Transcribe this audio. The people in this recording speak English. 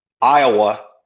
Iowa